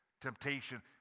temptation